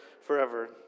forever